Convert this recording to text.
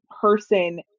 person